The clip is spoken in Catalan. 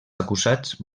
acusats